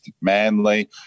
manly